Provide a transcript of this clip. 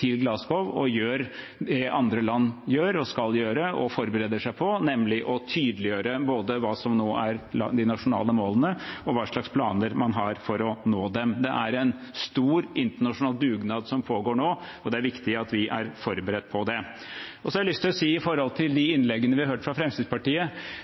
og gjør det andre land gjør og skal gjøre og forbereder seg på, nemlig å tydeliggjøre både hva som nå er de nasjonale målene, og hva slags planer man har for å nå dem. Det er en stor internasjonal dugnad som pågår nå, og det er viktig at vi er forberedt på det. Så har jeg lyst til å si til de innleggene vi har hørt fra Fremskrittspartiet, at jeg opplever at de